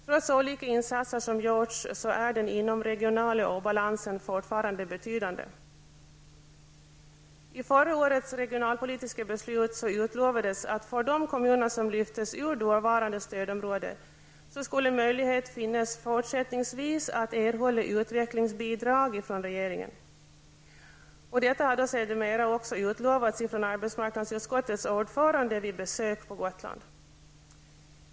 Trots olika insatser som gjorts är den inomregionala obalansen fortfarande betydande. I förra årets regionalpolitiska beslut utlovades att för de kommuner som lyftes ut ur dåvarande stödområden skulle möjlighet finnas forsättningsvis att erhålla utvecklingsbidrag från regeringen. Detta har sedermera också utlovats från arbetsmarknadsutskottets ordförande vid besök på Gotland.